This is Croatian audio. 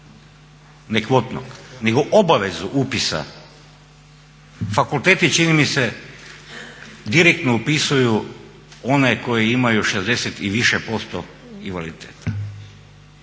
ne kvotnog nego obavezu upisa? Fakulteti čini mi se direktno upisuju one koji imaju 60 i više posto invaliditeta.